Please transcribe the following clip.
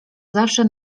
zawsze